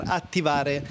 attivare